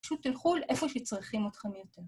פשוט תלכו לאיפה שצריכים אותכם יותר.